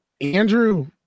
Andrew